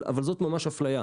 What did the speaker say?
אבל זאת ממש אפליה.